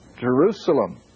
Jerusalem